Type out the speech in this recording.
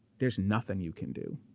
there's nothing you can do.